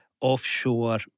offshore